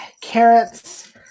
carrots